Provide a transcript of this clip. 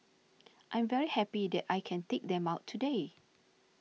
I'm very happy that I can take them out today